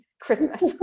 christmas